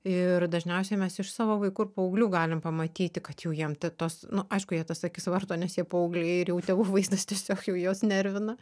ir dažniausiai mes iš savo vaikų ir paauglių galim pamatyti kad jau jiem ti tos nu aišku jie tas akis varto nes jie paaugliai ir jau tėvų vaizdas tiesiog jau juos nervina